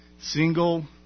single